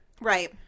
Right